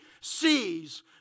sees